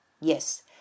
Yes